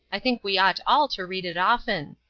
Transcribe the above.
i think we ought all to read it often.